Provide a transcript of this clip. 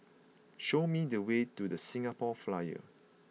show me the way to The Singapore Flyer